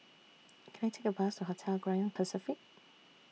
Can I Take A Bus Hotel Grand Pacific